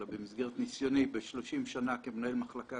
אלא במסגרת ניסיוני ב-30 שנה כמנהל מחלקות